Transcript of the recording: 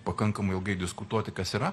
pakankamai ilgai diskutuoti kas yra